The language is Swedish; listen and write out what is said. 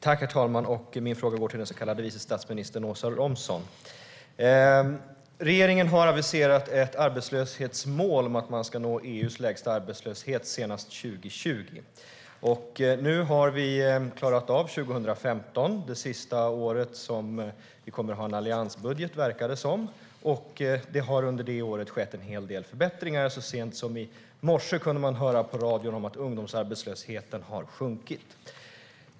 Herr talman! Min fråga går till den så kallade vice statsministern Åsa Romson. Regeringen har aviserat ett arbetslöshetsmål om att man ska nå EU:s lägsta arbetslöshet senast 2020. Nu har vi klarat av 2015, det sista året som vi kommer att ha en alliansbudget som det verkar. Det har under detta år skett en hel del förbättringar. Så sent som i morse kunde man höra på radion att ungdomsarbetslösheten har sjunkit.